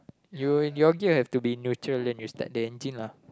you in your gear have to be neutral then you start the engine lah